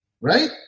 Right